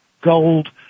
gold